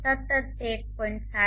સતત એ 1